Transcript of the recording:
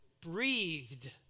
breathed